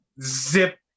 zip